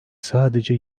sadece